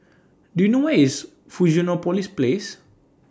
Do YOU know Where IS Fusionopolis Place